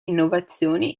innovazioni